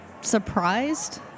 surprised